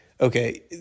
okay